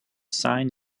sign